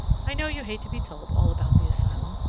i know you hate to be told all about the asylum,